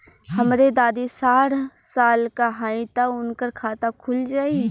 हमरे दादी साढ़ साल क हइ त उनकर खाता खुल जाई?